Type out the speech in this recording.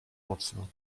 mocno